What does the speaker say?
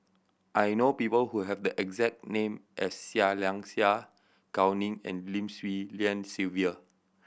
I know people who have the exact name as Seah Liang Seah Gao Ning and Lim Swee Lian Sylvia